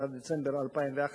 31 בדצמבר 2011,